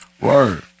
Word